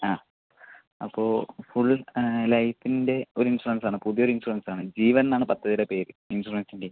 ആ അപ്പോൾ ഫുൾ ലൈഫിൻ്റെ ഒരു ഇൻഷുറൻസ് ആണ് പുതിയ ഒരു ഇൻഷുറൻസ് ആണ് ജീവൻ എന്നാണ് പദ്ധതിയുടെ പേര് ഇൻഷുറൻസിൻ്റെ